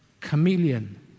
Chameleon